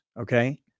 Okay